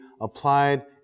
applied